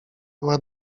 była